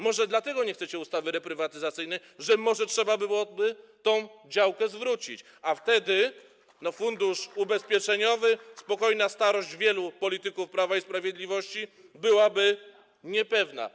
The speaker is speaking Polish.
Może to dlatego nie chcecie ustawy reprywatyzacyjnej, dlatego że może trzeba byłoby tę działkę zwrócić, a wtedy fundusz ubezpieczeniowy... spokojna starość wielu polityków Prawa i Sprawiedliwości byłaby niepewna.